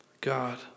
God